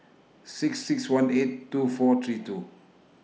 six six one eight two four three two